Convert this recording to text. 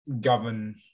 govern